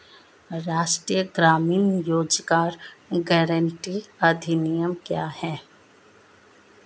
राष्ट्रीय ग्रामीण रोज़गार गारंटी अधिनियम क्या है?